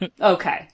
Okay